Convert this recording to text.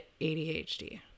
ADHD